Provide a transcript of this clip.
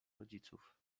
rodziców